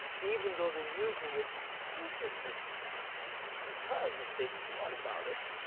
even though they are using it stupidly because if they thought about it,